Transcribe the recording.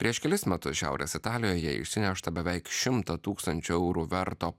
prieš kelis metus šiaurės italijoje išsinešta beveik šimtą tūkstančių eurų verto